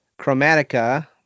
Chromatica